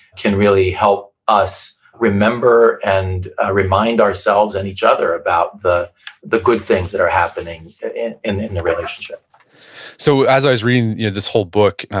can really help us remember and ah remind ourselves and each other about the the good things that are happening in the relationship so as i was reading you know this whole book,